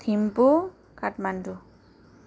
Thimphu Kathmandu